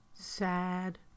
sad